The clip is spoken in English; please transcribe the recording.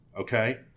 Okay